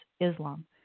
Islam